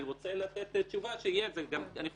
אני רוצה לתת תשובות וגם אני חושב